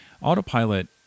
autopilot